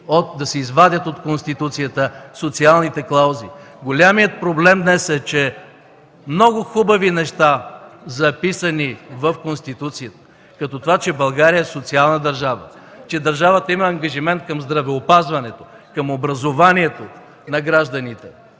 да се извадят от Конституцията социалните клаузи. Голям проблем днес е, че много хубави неща, записани в Конституцията, като това, че България е социална държава, че държавата има ангажимент към здравеопазването, към образованието на гражданите,